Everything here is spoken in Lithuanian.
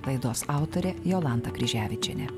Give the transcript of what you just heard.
laidos autorė jolanta kryževičienė